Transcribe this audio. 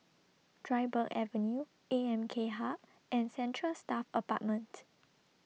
Dryburgh Avenue A M K Hub and Central Staff Apartment